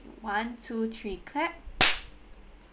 one two three clap